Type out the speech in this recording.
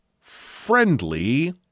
friendly